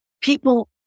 people